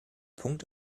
punkt